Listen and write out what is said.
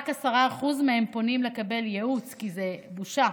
רק 10% מהם פונים לקבל ייעוץ, כי זה בושה,